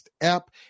app